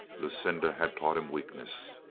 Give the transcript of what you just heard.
lucinda had taught him weakness.